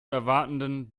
erwartenden